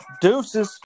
deuces